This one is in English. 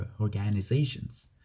organizations